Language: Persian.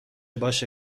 باشه